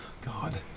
God